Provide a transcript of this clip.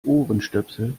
ohrenstöpsel